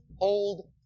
old